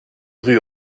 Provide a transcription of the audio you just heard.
rue